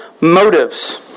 motives